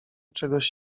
czegoś